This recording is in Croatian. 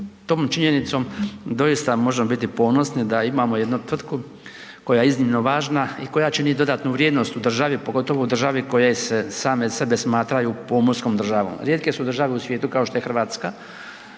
Tom činjenicom doista možemo biti ponosni da imamo jednu tvrtku koja je iznimno važna i koja čini dodatnu vrijednost u državi, pogotovo u državi koje se same sebe smatraju pomorskom državom. Rijetke su države u svijetu kao što je Hrvatska,